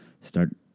start